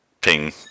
ping